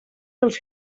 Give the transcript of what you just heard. dels